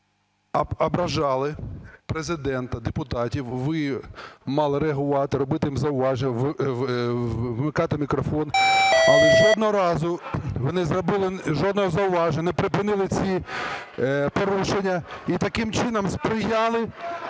ображали Президента, депутатів, ви мали реагувати, робити їм зауваження, вимикати мікрофон. А ви жодного разу не зробили жодного зауваження, не припинили ці порушення і таким чином сприяли